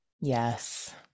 Yes